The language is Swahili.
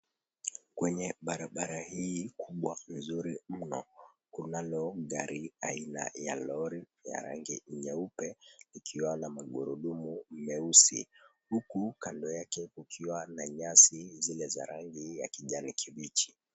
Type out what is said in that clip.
Kwenye barabara hii kubwa mzuri mno kunalo gari aina ya lori ya rangi nyeupe ikiwa na magurudumu meusi. Huku kando yake kukiwa na nyasi zile ya rangi ya kijani kibichi.